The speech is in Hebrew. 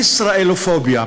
ישראלופוביה.